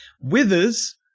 Withers